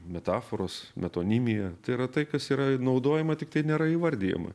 metaforos metonimija tai yra tai kas yra naudojama tiktai nėra įvardijama